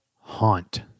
Haunt